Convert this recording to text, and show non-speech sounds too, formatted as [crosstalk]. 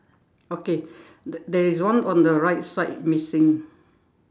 okay t~ there is one on the right side missing [breath]